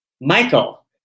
Michael